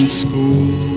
school